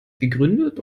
gegründet